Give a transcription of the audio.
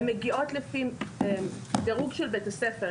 הן מגיעות לפי דירוג של בית הספר.